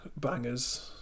bangers